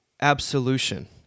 absolution